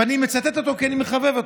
ולכן אני עולה לדבר.